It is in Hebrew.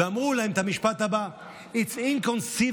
ואמרו להם את המשפט הבא: It's inconsiderable,